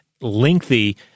lengthy